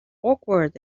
awkward